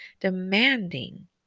demanding